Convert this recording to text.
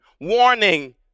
warning